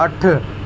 अठ